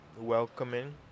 welcoming